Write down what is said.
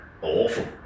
awful